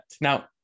Now